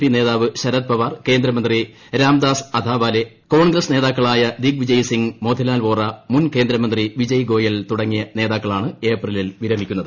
P നേതാവ് ശരദ്പവാർ കേന്ദ്രമന്ത്രി രാംദാസ് അതാവലേ കോൺഗ്രസ് നേതാക്കളായ ദിഗ്വിജയ് സിംഗ് മോത്തിലാൽ വോറ മുൻ കേന്ദ്രമന്ത്രി വിജയ് ഗോയൽ തുടങ്ങിയ നേതാക്കളാണ് ഏപ്രിലിൽ വിരമിക്കുന്നത്